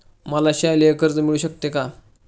मला शालेय कर्ज मिळू शकते का?